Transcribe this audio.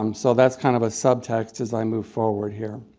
um so that's kind of a subtext as i move forward here.